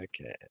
okay